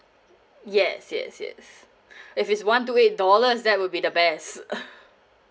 yes yes yes if it's one two eight dollars that would be the best